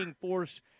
force